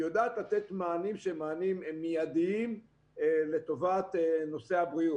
יודעת לתת מענים שהם מענים מידיים לטובת נושא הבריאות.